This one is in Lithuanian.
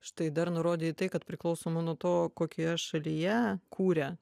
štai dar nurodei į tai kad priklausoma nuo to kokioje šalyje kuria